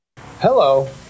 Hello